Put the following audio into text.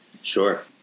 Sure